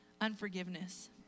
unforgiveness